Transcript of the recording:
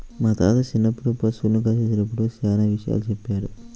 మా తాత చిన్నప్పుడు పశుల్ని కాసేటప్పుడు చానా విషయాలు చెప్పాడు